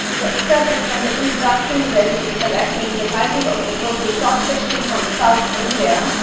the excerpt is from the introduction to the edited collection, the title of the book is, short fiction from south india.